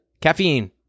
caffeine